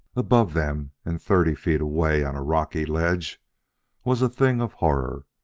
above them and thirty feet away on a rocky ledge was a thing of horror.